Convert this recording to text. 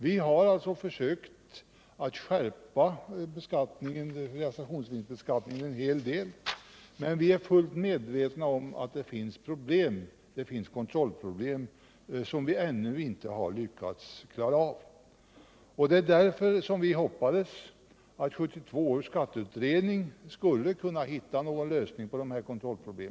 Vi har alltså försökt att skärpa realisationsvinstbeskattningen en hel del, men vi är fullt medvetna om att det finns kontrollproblem som vi ännu inte har lyckats klara av. Det var därför vi hoppades att 1972 års skatteutredning skulle kunna hitta någon lösning på dessa kontrollproblem.